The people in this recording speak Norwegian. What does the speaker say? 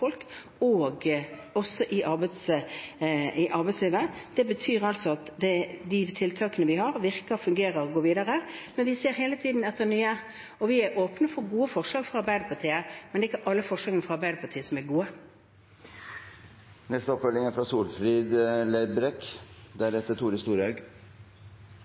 folk i arbeidslivet. Det betyr at de tiltakene vi har, fungerer og går videre, men vi ser hele tiden etter nye. Vi er åpne for gode forslag fra Arbeiderpartiet, men det er ikke alle forslagene fra Arbeiderpartiet som er gode.